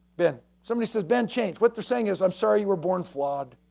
ben. somebody says ben changed. what they're saying is i'm sorry you were born flawed.